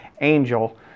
angel